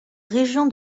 région